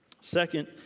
second